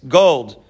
gold